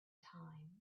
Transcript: time